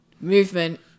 movement